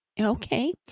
Okay